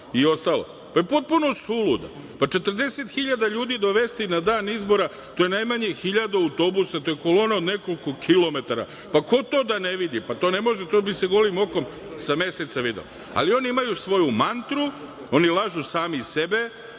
to je potpuno suluda. Pa, 40 hiljada ljudi dovesti na dan izbora, to je najmanje hiljadu autobusa, to je kolona od nekoliko kilometara. Pa, ko to da ne vidi. Pa, to ne može, to bi se golim okom sa meseca videlo, ali oni imaju svoju mantru, oni lažu sami sebe,